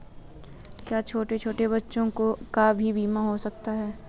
क्या छोटे छोटे बच्चों का भी बीमा हो सकता है?